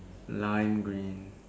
lime green